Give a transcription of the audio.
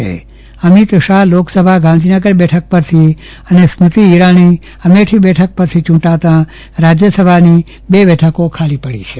શ્રી અમીત શાહ લોકસભાની ગાંધીનગર બેઠક પરથી અને સ્મૃતિ ઇરાની અમેઠી બેઠક પરથી ચૂંટાતાં રાજ્યસભાની બે બેઠકો ખાલી પડી છે